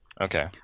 Okay